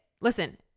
Listen